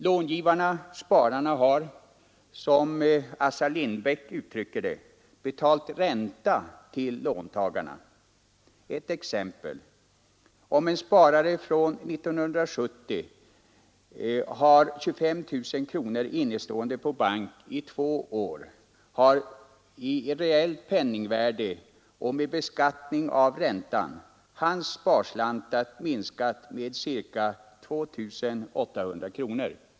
Långivarna-spararna har, som Assar Lindbeck uttrycker det, betalat ränta till låntagarna. Ett exempel: Om en sparare från 1970 har 25 000 kr innestående på bank i två år, har i reellt penningvärde och med beskattning av räntan hans sparslantar minskat med cirka 2 800 kronor.